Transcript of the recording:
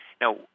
Now